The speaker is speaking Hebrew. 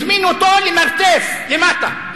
הזמינו אותו למרתף למטה,